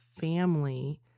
family